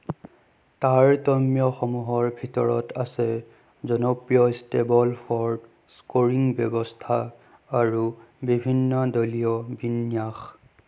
তাৰতম্যসমূহৰ ভিতৰত আছে জনপ্ৰিয় ষ্টেবলফৰ্ড স্ক'ৰিং ব্যৱস্থা আৰু বিভিন্ন দলীয় বিন্যাস